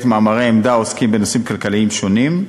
מאמרי עמדה העוסקים בנושאים כלכליים שונים.